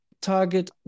target